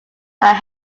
are